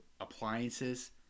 appliances